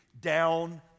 down